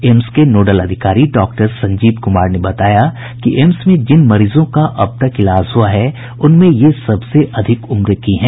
AIIMS के nodal अधिकारी doctor Sanjeev Kumar ने बताया कि एम्स में जिन मरीजों का अब तक इलाज हुआ है उनमें ये सबसे अधिक उम्र की हैं